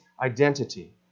identity